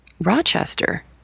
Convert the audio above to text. Rochester